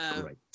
great